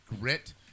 grit